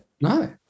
No